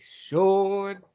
sure